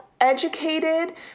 educated